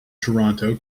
toronto